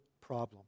problem